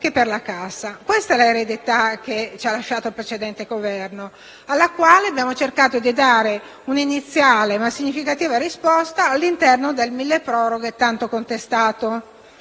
Questa è l'eredità che ci ha lasciato il precedente Governo, alla quale abbiamo cercato di dare un'iniziale ma significativa risposta all'interno del tanto contestato